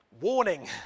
warning